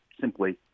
simply